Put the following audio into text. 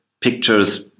pictures